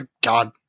God